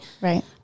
Right